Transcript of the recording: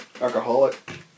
Alcoholic